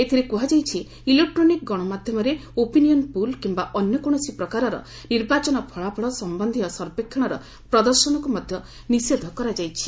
ଏଥିରେ କୁହାଯାଇଛି ଇଲେକ୍ଟ୍ରୋନିକ୍ ଗଣମାଧ୍ୟମରେ ଓପିନିଅନ୍ ପୁଲ୍ କିମ୍ବା ଅନ୍ୟ କୌଣସି ପ୍ରକାରର ନିର୍ବାଚନ ଫଳାଫଳ ସମ୍ଭନ୍ଧୀୟ ସର୍ବେକ୍ଷଣର ପ୍ରଦର୍ଶନକୁ ମଧ୍ୟ ନିଷେଧ କରାଯାଇଛି